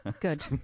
Good